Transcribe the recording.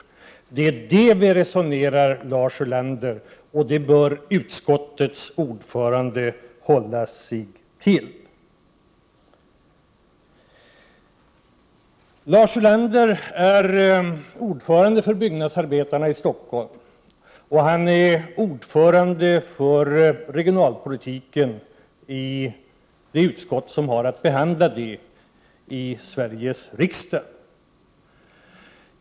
Det är detta vi resonerar om, Lars Ulander, och det bör utskottets ordförande hålla sig till. | Lars Ulander är ordförande för byggnadsarbetarna i Stockholm, och han är ordförande i det utskott som har att behandla regionalpolitiken i Sveriges riksdag.